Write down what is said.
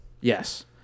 Yes